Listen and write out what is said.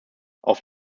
auf